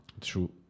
True